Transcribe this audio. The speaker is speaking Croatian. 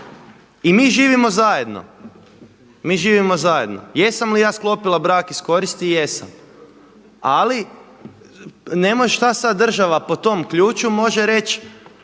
mi živimo zajedno. Jesam li ja sklopila brak iz koristi? Jesam, ali nema šta sad država po tom ključu, može reći